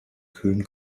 kühlen